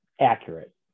accurate